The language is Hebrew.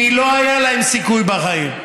כי לא היה להם סיכוי בחיים.